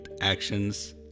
actions